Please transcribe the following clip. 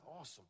Awesome